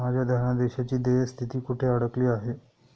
माझ्या धनादेशाची देय स्थिती कुठे अडकली आहे?